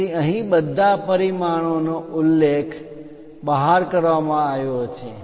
તેથી અહીં બધા પરિમાણોનો ઉલ્લેખ બહાર કરવામાં આવ્યો છે